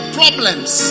problems